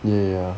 ya ya